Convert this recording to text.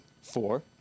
four